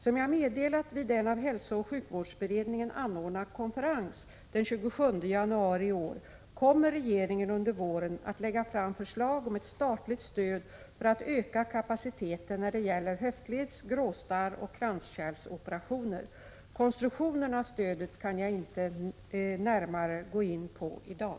Som jag meddelat vid en av hälsooch sjukvårdsberedningen anordnad konferens den 27 januari i år kommer regeringen under våren att lägga fram förslag om ett statligt stöd för att öka kapaciteten när det gäller höftleds-, gråstarrsoch kranskärlsoperationer. Konstruktionen av stödet kan jag inte närmare gå in på i dag.